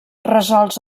resolts